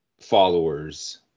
followers